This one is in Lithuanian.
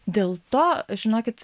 dėl to žinokit